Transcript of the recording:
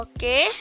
Okay